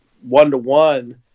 one-to-one